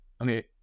Okay